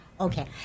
Okay